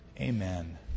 amen